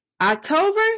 October